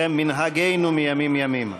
זה מנהגנו מימים ימימה.